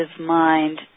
mind